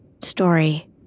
story